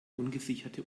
ungesicherte